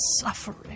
suffering